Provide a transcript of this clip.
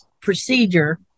procedure